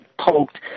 poked